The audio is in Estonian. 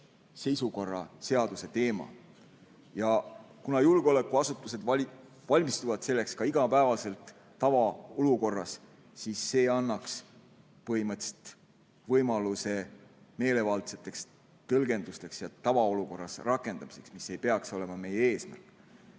seisukorra seaduse teema. Kuna julgeolekuasutused valmistuvad selleks ka igapäevaselt tavaolukorras, siis annaks see põhimõtteliselt võimaluse meelevaldseteks tõlgendusteks ja tavaolukorras rakendamiseks. See aga ei peaks olema meie eesmärk.